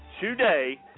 Today